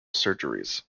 surgeries